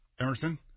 Emerson